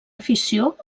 afició